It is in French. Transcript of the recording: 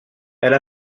elle